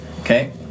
Okay